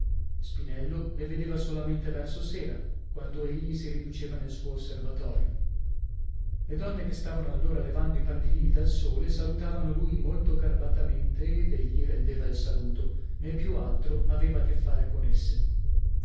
spinello le vedeva solamente verso sera quando egli si riduceva nel suo osservatorio le donne che stavano allora levando i pannilini dal sole salutavano lui molto garbatamente ed egli rendeva il saluto né più altro aveva che fare con esse